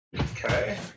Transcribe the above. Okay